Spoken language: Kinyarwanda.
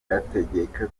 ategeka